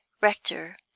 rector